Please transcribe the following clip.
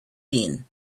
been